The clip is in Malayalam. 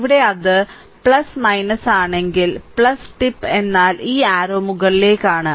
ഇവിടെ അത് ആണെങ്കിൽ ടിപ്പ് എന്നാൽ ഈ അരരൌ മുകളിലേക്കാണ്